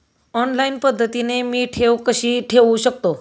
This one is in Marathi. ऑनलाईन पद्धतीने मी ठेव कशी ठेवू शकतो?